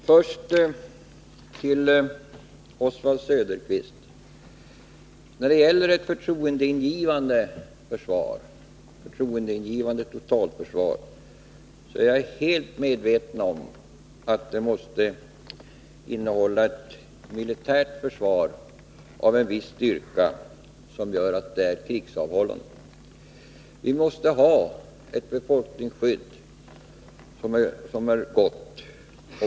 Fru talman! Först till Oswald Söderqvist. Jag är helt medveten om att ett förtroendeingivande totalförsvar måste innehålla ett militärt försvar av en viss styrka, så att det är krigsavhållande. Vi måste ha ett befolkningsskydd som är gott.